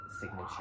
signature